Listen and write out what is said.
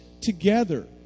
together